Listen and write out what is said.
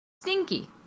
Stinky